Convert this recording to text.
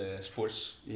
sports